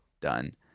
done